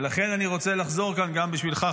ולכן אני רוצה לחזור כאן גם בשבילך,